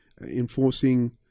enforcing